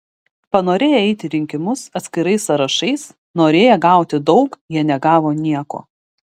panorėję eiti į rinkimus atskirais sąrašais norėję gauti daug jie negavo nieko